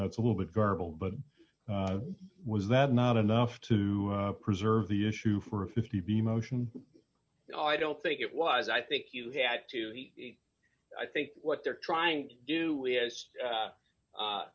read a little bit garbled but was that not enough to preserve the issue for a fifty v motion no i don't think it was i think you had to i think what they're trying to do is